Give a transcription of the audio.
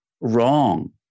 wrong